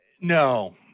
No